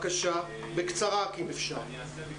אני מבקשת לעצור את